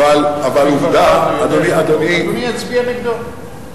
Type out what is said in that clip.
אבל עובדה, אדוני יצביע נגדו.